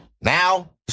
now